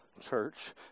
church